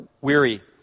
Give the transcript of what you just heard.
weary